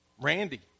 Randy